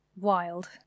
wild